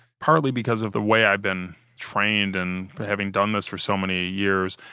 partly because of the way i've been trained and for having done this for so many years,